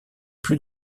plus